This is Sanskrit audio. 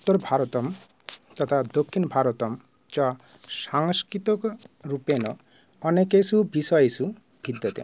उत्तरभारतं तथा दक्षिणभारतं च सांस्कृतिकरूपेण अनेकेषु विषयेषु भिद्यते